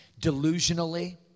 delusionally